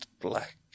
black